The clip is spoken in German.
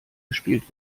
gespielt